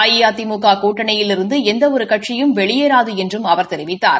அஇஅதிமுக கூட்டணியிலிருந்து எந்த ஒரு கட்சியும் வெளியேறாது என்றும் அவர் தெரிவித்தார்